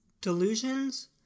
Delusions